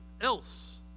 else